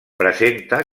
presenta